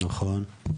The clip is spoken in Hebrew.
נכון.